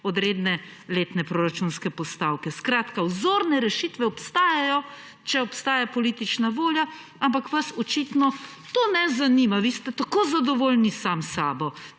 od redne letne proračunske postavke. Skratka, vzorne rešitve obstajajo, če obstaja politična volja, ampak vas očitno to ne zanima. Vi ste tako zadovoljni sami s sabo,